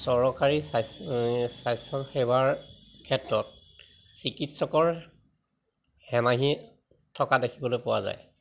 চৰকাৰী স্বাস্থ্যসেৱাৰ ক্ষেত্ৰত চিকিৎসকৰ হেমাহি থকা দেখিবলৈ পোৱা যায়